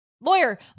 Lawyer